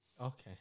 Okay